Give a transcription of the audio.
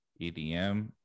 EDM